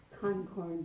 Concord